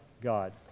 God